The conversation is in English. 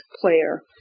player